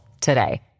today